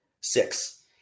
six